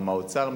גם לאוצר,